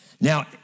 Now